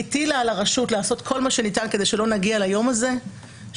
הטילה על הרשות לעשות כל מה שניתן כדי שלא נגיע ליום הזה שבו